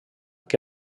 que